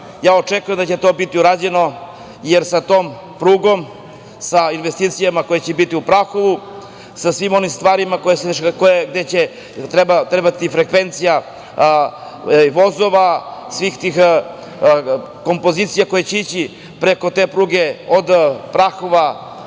pruga. Očekujem da će to biti urađeno, jer sa tom prugom i sa investicijama koje će biti u Prahovu, sa svim onim stvarima gde će trebati frekvencija vozova, svih tih kompozicija koje će ići preko te pruge, od Prahova,